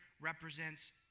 represents